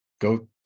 go